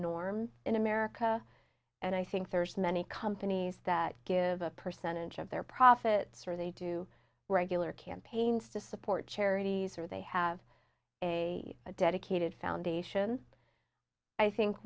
norm in america and i think there's many companies that give a percentage of their profits or they do regular campaigns to support charities or they have a dedicated foundation i think